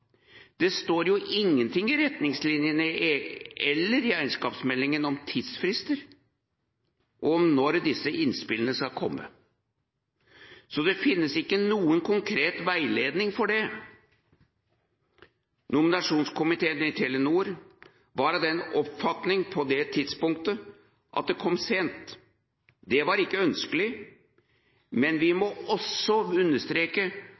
«Det står jo ingenting i retningslinjene eller i eierskapsmeldingene om tidsfrister og om når disse innspillene skal komme, så det finnes ikke noen konkret veiledning for det. Nominasjonskomiteen i Telenor var av den oppfatning på det tidspunktet at det kom sent. Det var ikke ønskelig. Men vi må også understreke